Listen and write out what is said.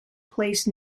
placed